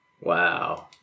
Wow